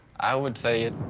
i would say.